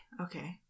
Okay